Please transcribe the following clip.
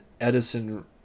Edison